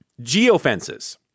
geofences